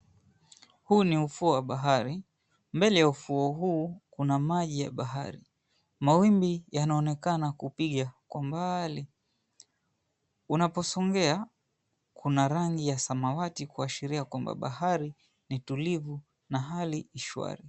Huu ni ufuo wa bahari. Mbele ya ufuo huu kuna maji ya bahari. Mawimbi yanaonekana kupiga kwa mbali. Unaposongea kuna rangi ya samawati kuashiria kwamba bahari ni utulivu na hali ni shwari.